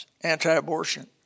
anti-abortion